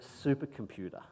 supercomputer